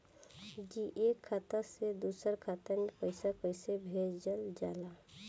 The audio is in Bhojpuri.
जी एक खाता से दूसर खाता में पैसा कइसे भेजल जाला?